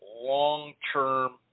long-term